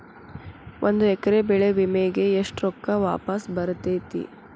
ಒಂದು ಎಕರೆ ಬೆಳೆ ವಿಮೆಗೆ ಎಷ್ಟ ರೊಕ್ಕ ವಾಪಸ್ ಬರತೇತಿ?